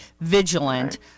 vigilant